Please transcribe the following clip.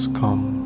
come